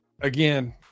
again